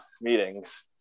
meetings